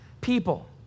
people